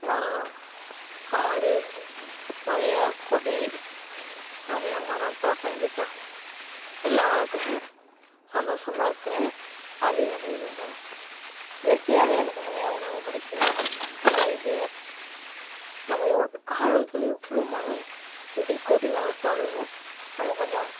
மரம் காடு வயல் கொடி நிறையா மரம் தோட்டம் கீட்டம் எல்லாம் வளர்க்குறேன் சந்தோசமாக இருக்கிறேன் அதிலையும் நிறையா நம்ம இயற்கையாகவே எனக்கு நிறையா உணவு கிடைக்கும் நல்ல இது நம்ம எவ் காலங்காத்தால இவ்வளோ மரம் செடி கொடி வளர்த்தாலும் நம்ம கொஞ்சம்